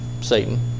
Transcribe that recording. Satan